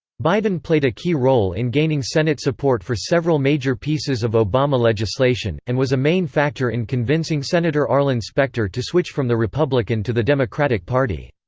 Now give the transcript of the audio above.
biden played a key role in gaining senate support for several major pieces of obama legislation, and was a main factor in convincing senator arlen specter to switch from the republican to the democratic party.